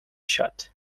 shut